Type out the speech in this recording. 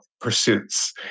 pursuits